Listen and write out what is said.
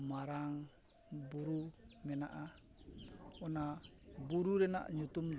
ᱢᱟᱨᱟᱝ ᱵᱩᱨᱩ ᱢᱮᱱᱟᱜᱼᱟ ᱚᱱᱟ ᱵᱩᱨᱩ ᱨᱮᱱᱟᱜ ᱧᱩᱛᱩᱢ ᱫᱚ